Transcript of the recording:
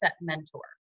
mentor